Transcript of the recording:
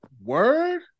word